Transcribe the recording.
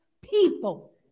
people